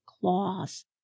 claws